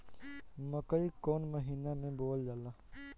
मकई कौन महीना मे बोअल जाला?